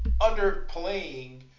underplaying